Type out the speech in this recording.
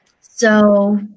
So-